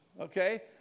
Okay